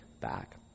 back